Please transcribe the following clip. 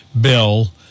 bill